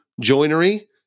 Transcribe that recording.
joinery